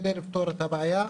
כדי לפתור את הבעיה.